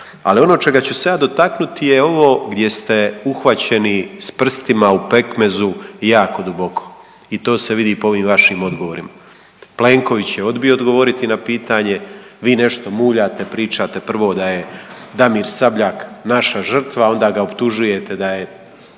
Ali ono čega ću se ja dotaknuti je ovo gdje ste uhvaćeni s prstima u pekmezu jako duboko i to se vidi po ovim vašim odgovorima. Plenković je odbio odgovoriti na pitanje, vi nešto muljate, pričate prvo da je Damir Sabljak naša žrtva onda ga optužujete da je